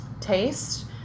taste